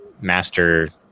master